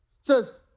says